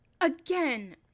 again